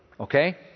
Okay